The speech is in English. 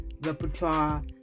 repertoire